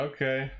Okay